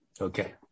okay